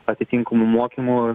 atitinkamų mokymų